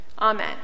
Amen